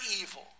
evil